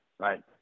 Right